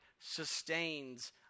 sustains